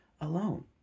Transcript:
alone